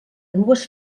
dues